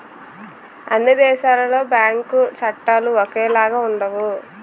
అన్ని దేశాలలో బ్యాంకు చట్టాలు ఒకేలాగా ఉండవు